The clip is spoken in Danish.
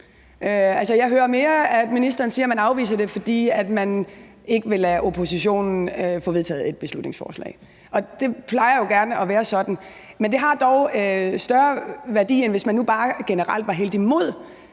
jeg hører mere, at ministeren siger, at man afviser det, fordi man ikke vil lade oppositionen få vedtaget et beslutningsforslag. Og det plejer jo gerne at være sådan, men det har dog større værdi, end hvis man nu bare generelt var helt imod